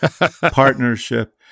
partnership